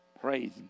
Praise